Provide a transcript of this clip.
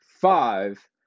five